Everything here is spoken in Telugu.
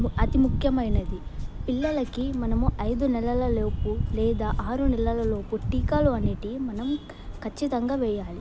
అతి ముఖ్యమైనది పిల్లలకి మనము ఐదు నెలలలోపు లేదా ఆరు నెలలలోపు టీకాలు అనేవి మనం ఖచ్చితంగా వెయ్యాలి